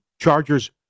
Chargers